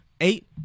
eight